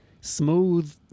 Smooth